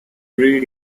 breed